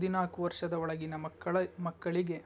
ಹದಿನಾಲ್ಕು ವರ್ಷದ ಒಳಗಿನ ಮಕ್ಕಳ ಮಕ್ಕಳಿಗೆ